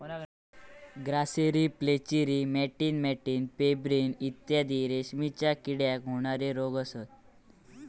grasserie flacherie मॅटिन मॅटिन pebrine इत्यादी रेशीमच्या किड्याक होणारे रोग असत